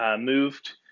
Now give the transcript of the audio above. moved